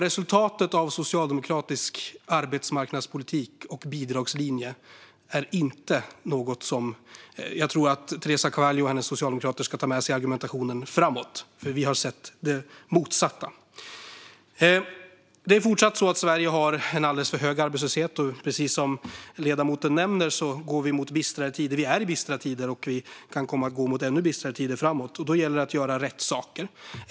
Resultatet av socialdemokratisk arbetsmarknadspolitik och bidragslinjen är inte något som jag tror att Teresa Carvalho och hennes socialdemokrater ska ta med sig i argumentationen framåt, för vi har sett det motsatta. Det är fortsatt så att Sverige har en alldeles för hög arbetslöshet. Och precis som ledamoten nämner går vi mot bistrare tider. Vi är i bistra tider, och vi kan komma att gå mot ännu bistrare tider framöver. Då gäller det att göra rätt saker.